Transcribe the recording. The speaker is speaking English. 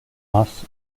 mass